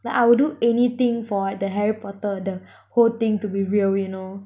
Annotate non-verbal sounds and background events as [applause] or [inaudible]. like I'll do anything for the harry potter the [breath] whole thing to be real you know